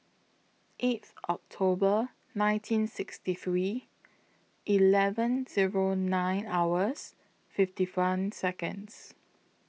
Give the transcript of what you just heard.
eighth October nineteen sixty three eleven Zero nine hours fifty one Seconds